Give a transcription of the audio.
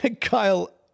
Kyle